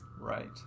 Right